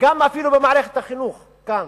אפילו ממערכת החינוך כאן,